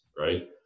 right